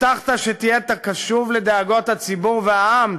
הבטחת שתהיה קשוב לדאגות הציבור והעם,